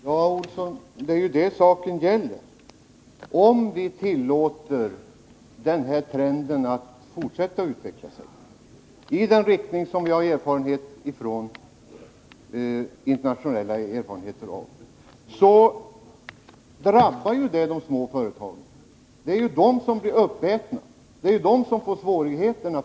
Herr talman! Det är ju det saken gäller, Johan Olsson. Om vi tillåter den här utvecklingen att fortsätta i den riktning som vi har internationella erfarenheter av, så drabbar ju det de små företagen. Det är de som blir uppätna och först får svårigheter.